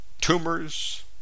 Tumors